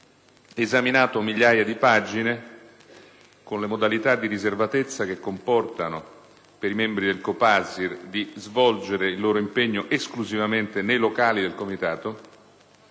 esaminato migliaia di pagine (con le modalità di riservatezza che comportano per i membri del COPASIR di svolgere il loro impegno esclusivamente nei locali del Comitato)